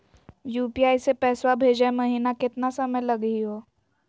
UPI स पैसवा भेजै महिना केतना समय लगही हो?